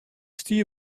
stie